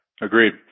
agreed